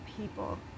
people